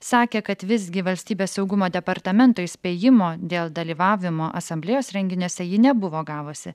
sakė kad visgi valstybės saugumo departamento įspėjimo dėl dalyvavimo asamblėjos renginiuose ji nebuvo gavusi